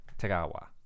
Tagawa